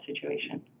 situation